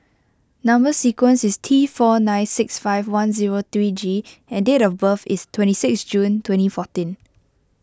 Number Sequence is T four nine six five one zero three G and date of birth is twenty six June twenty fourteen